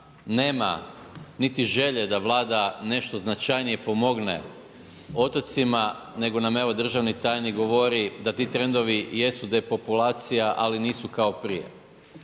nema niti želje da vlada nešto značajnije pomogne otocima, nego nam evo, državni tajnik govori da ti trendovi jesu depopulacija, ali nisu kao prije.